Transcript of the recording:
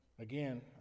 Again